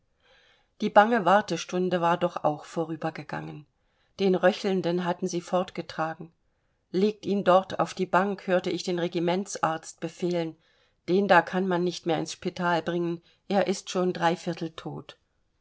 die bange wartestunde war doch auch vorübergegangen den röchelnden hatten sie fortgetragen legt ihn dort auf die bank hörte ich den regimentsarzt befehlen den da kann man nicht mehr ins spital bringen er ist schon dreiviertel tot